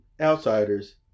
Outsiders